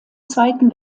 zweiten